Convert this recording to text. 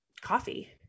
coffee